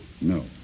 No